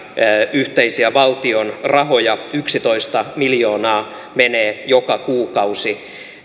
yhteisiä valtion rahoja yksitoista miljoonaa menee joka kuukausi